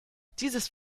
dieses